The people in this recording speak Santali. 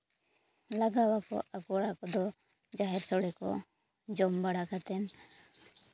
ᱞᱟᱜᱟᱣ ᱟᱠᱚ ᱟᱨ ᱠᱚᱲᱟ ᱠᱚᱫᱚ ᱡᱟᱦᱮᱨ ᱥᱳᱲᱮ ᱠᱚ ᱡᱚᱢ ᱵᱟᱲᱟ ᱠᱟᱛᱮᱫ